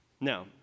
Now